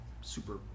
super